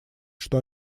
что